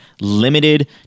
limited